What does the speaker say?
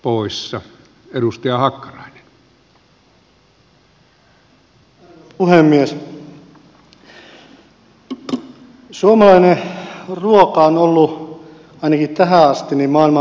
suomalainen ruoka on ollut ainakin tähän asti maailman parasta